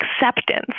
acceptance